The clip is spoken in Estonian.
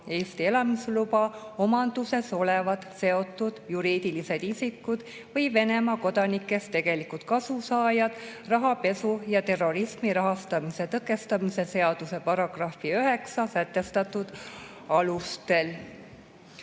Eesti elamisluba, omanduses olevad seotud juriidilised isikud ning Venemaa kodanikest tegelikud kasusaajad rahapesu ja terrorismi rahastamise tõkestamise seaduse §-s 9 sätestatud alustel.